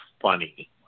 funny